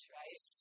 right